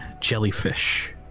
jellyfish